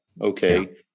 Okay